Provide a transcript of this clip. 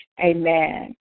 Amen